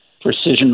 Precision